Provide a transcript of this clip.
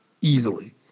easily